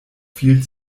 viel